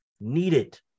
needed